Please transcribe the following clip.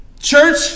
church